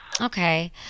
Okay